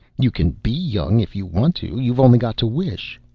you can be young if you want to. you've only got to wish.